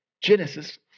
Genesis